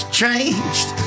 changed